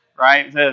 right